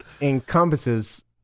encompasses